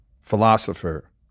philosopher